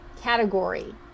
category